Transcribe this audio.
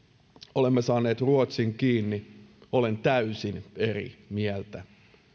olemme saaneet ruotsin kiinni olen täysin eri mieltä